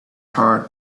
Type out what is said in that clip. heart